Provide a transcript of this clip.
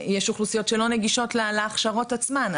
יש אוכלוסיות שלא נגישות להכשרות עצמן.